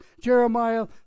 Jeremiah